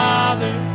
Father